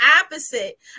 opposite